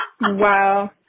Wow